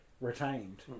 retained